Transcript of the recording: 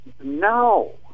No